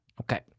Okay